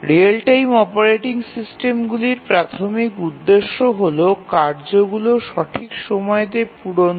real time operating সিস্টেমগুলির প্রাথমিক উদ্দেশ্য হল কার্যগুলি সঠিক সময়সীমাতে শেষ করা